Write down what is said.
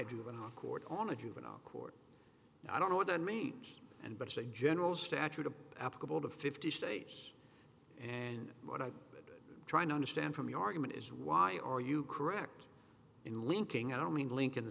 a juvenile court on a juvenile court i don't know what i mean and but it's a general statute of applicable to fifty states and what i'm trying to understand from the argument is why are you correct in linking i don't mean link in the